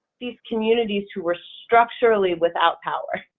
these communities who were structurally without power